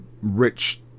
Rich